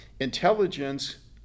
intelligence